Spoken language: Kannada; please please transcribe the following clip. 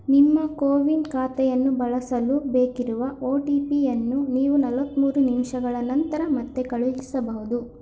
ನಿಮ್ಮ ಕೋವಿನ್ ಖಾತೆಯನ್ನು ಬಳಸಲು ಬೇಕಿರುವ ಓ ಟಿ ಪಿಯನ್ನು ನೀವು ನಲವತ್ಮೂರು ನಿಮಿಷಗಳ ನಂತರ ಮತ್ತೆ ಕಳುಹಿಸಬಹುದು